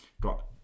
got